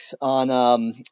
on